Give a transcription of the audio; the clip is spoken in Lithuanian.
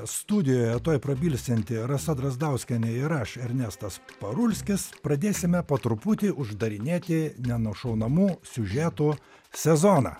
studijoje tuoj prabilsianti rasa drazdauskienė ir aš ernestas parulskis pradėsime po truputį uždarinėti nenušaunamų siužetų sezoną